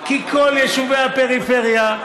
כי כל יישובי הפריפריה,